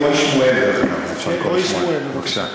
חבר הכנסת פולקמן, בבקשה.